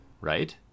Right